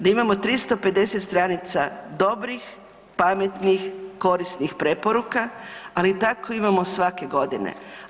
Da imamo 350 stranica dobrih, pametnih, korisnih preporuka, ali tako imamo svake godine.